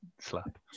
slap